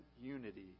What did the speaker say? unity